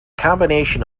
combination